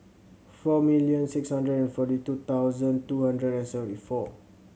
four million six hundred and forty two thousand two hundred and seventy four